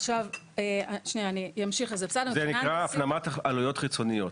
אני אמשיך -- זה נקרא --- עלויות חיצוניות.